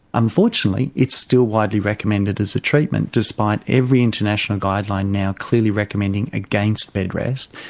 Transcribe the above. unfortunately, it's still widely recommended as a treatment, despite every international guideline now clearly recommending against bed rest,